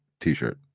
T-shirt